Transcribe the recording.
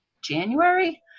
January